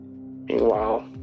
Meanwhile